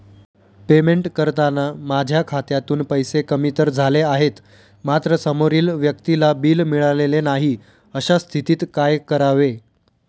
Payment करताना माझ्या खात्यातून पैसे कमी तर झाले आहेत मात्र समोरील व्यक्तीला बिल मिळालेले नाही, अशा स्थितीत काय करावे?